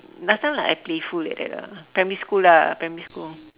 last time like I playful like that ah primary school ah primary school